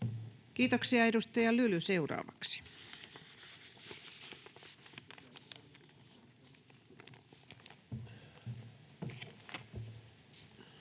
Kiitoksia. — Edustaja Lyly seuraavaksi.